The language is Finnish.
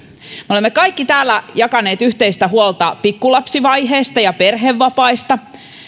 me olemme kaikki täällä jakaneet yhteistä huolta pikkulapsivaiheesta ja perhevapaista